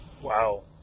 Wow